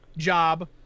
job